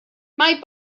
mae